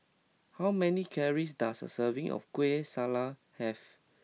how many calories does a serving of Kueh Salat have